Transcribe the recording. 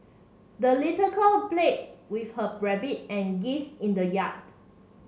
the little girl played with her rabbit and geese in the yard